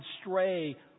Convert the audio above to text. stray